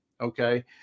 okay